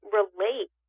relate